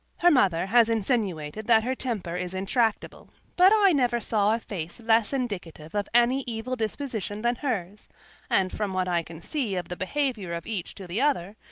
her mother has insinuated that her temper is intractable, but i never saw a face less indicative of any evil disposition than hers and from what i can see of the behaviour of each to the other,